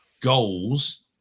goals